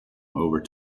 over